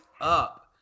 up